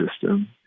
system